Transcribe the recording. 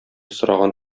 сораган